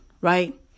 Right